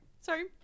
sorry